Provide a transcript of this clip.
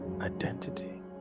Identity